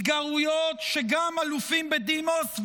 התגרויות שגם אלופים בדימוס,